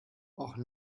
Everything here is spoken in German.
och